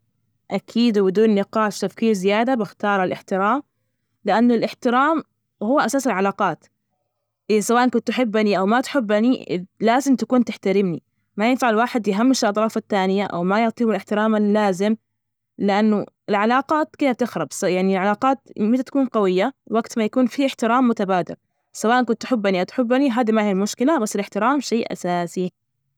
أكيد، وبدون نقاش وتفكير زيادة، بختار الاحترام، لأنه الاحترام هو أساس العلاقات، سواء كنت تحبني أو ما تحبني، لازم تكون تحترمني، ما ينفع الواحد يهمش الأطراف الثانية أو ما يعطيهم الإحترام اللازم، لأنه العلاقات كده تخرب، يعني العلاقات متى تكون قوية، وقت ما يكون في احترام متبادل، سواء كنت تحبني او مو تحبني، المشكلة، بس الاحترام شي أساسي.